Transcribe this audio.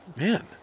man